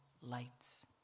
lights